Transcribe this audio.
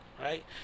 Right